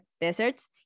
deserts